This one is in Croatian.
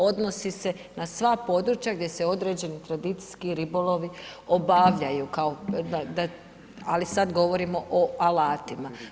Odnosi se na sva područja gdje se određeni tradicijski ribolovi obavljaju, kao, ali sad govorimo o alatima.